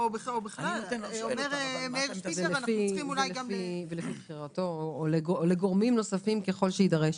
כי מאיר שפיגלר אומר --- אפשר להוסיף "ולגורמים נוספים ככל שיידרש".